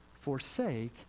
forsake